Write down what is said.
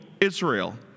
Israel